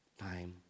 Time